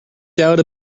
doubt